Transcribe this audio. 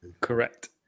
Correct